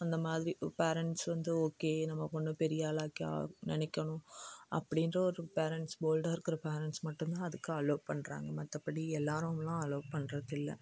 அந்தமாதிரி பேரண்ட்ஸ் வந்து ஓகே நம்ம பொண்ணை பெரிய ஆளாக்கி நினைக்கணும் அப்படின்ற ஒரு பேரண்ட்ஸ் போல்டாக இருக்கிற பேரண்ட்ஸ் மட்டும் தான் அதுக்கு அலோவ் பண்ணுறாங்க மற்றபடி எல்லோரும்லாம் அலோவ் பண்ணுறதில்ல